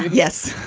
yes.